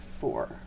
Four